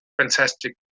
fantastic